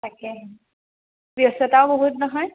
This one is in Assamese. তাকেহে ব্যস্ততাও বহুত নহয়